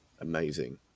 Amazing